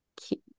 keep